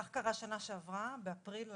כך קרה שנה שעברה, באפריל 2021,